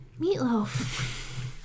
Meatloaf